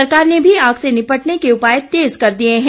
सरकार ने भी आग से निपटने के उपाय तेज कर दिए हैं